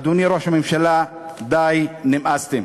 אדוני ראש הממשלה, די, נמאסתם.